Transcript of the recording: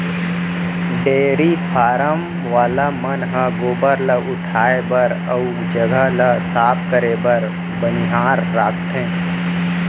dairy farm वाला मन ह गोबर ल उठाए बर अउ जघा ल साफ करे बर बनिहार राखथें